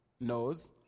knows